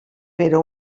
però